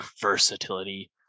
versatility